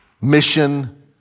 mission